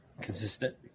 consistent